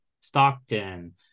Stockton